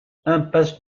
impasse